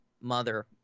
mother